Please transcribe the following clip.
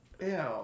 Ew